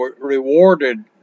rewarded